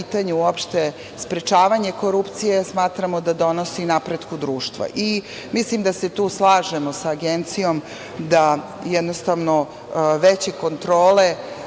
u pitanju sprečavanje korupcije, smatramo da donosi napretku društva. Mislim da se tu slažemo sa Agencijom da jednostavno veće kontrole